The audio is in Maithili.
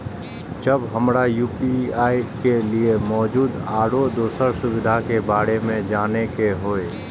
जब हमरा यू.पी.आई के लिये मौजूद आरो दोसर सुविधा के बारे में जाने के होय?